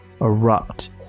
erupt